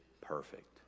perfect